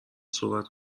صحبت